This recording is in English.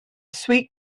sweet